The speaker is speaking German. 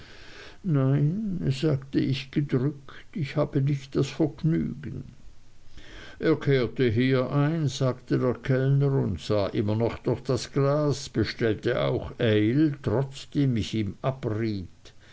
nein sagte ich gedrückt ich habe nicht das vergnügen er kehrte hier ein sagte der kellner und sah immer noch durch das glas bestellte auch ale trotzdem ich ihm abriet